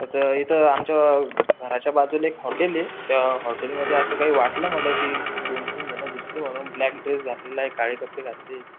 तर इथं आमच्या घराच्या बाजूला एक हॉटेले त्या हॉटेलमध्ये असं काही वाटलं मला की दोन तीन जणं घुसले म्हनून ब्लॅक ड्रेस घातलेला आहे काळे कपडे घातलेले